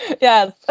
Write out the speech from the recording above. Yes